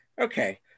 Okay